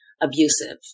abusive